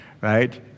right